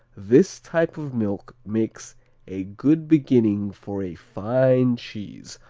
this type of milk makes a good beginning for a fine cheese,